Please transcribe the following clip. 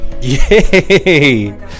Yay